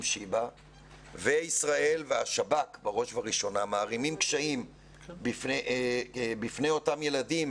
שיבא וישראל והשב"כ בראש ובראשונה מערימים קשיים בפני אותם ילדים,